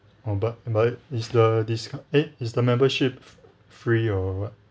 oh but but is the discount eh is the membership free or what